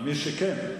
מי שכן,